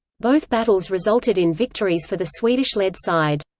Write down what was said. both battles resulted in victories for the swedish-led side.